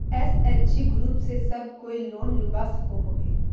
SHG group से सब कोई लोन लुबा सकोहो होबे?